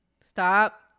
Stop